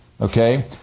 Okay